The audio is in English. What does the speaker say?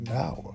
now